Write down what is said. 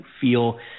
feel